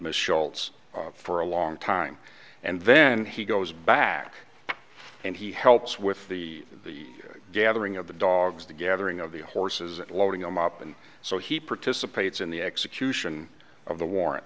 scholtz for a long time and then he goes back and he helps with the the gathering of the dogs the gathering of the horses and loading them up and so he participates in the execution of the war